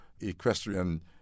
equestrian